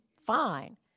fine